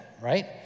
Right